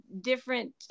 different